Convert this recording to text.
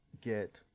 get